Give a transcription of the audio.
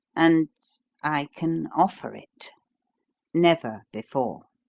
and i can offer it never before.